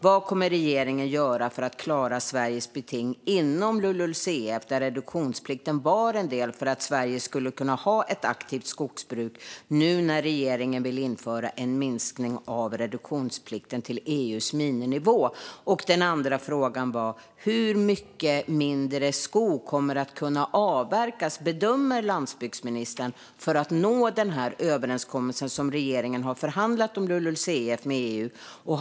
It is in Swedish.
Vad kommer regeringen att göra, nu när regeringen vill införa en minskning av reduktionsplikten till EU:s miniminivå, för att klara Sveriges beting inom LULUCF? Där var reduktionsplikten en del för att Sverige skulle kunna ha ett aktivt skogsbruk. Den andra frågan var: Hur mycket mindre skog bedömer landsbygdsministern kommer att kunna avverkas för att Sverige ska nå överenskommelsen som regeringen har förhandlat med EU om när det gäller LULUCF?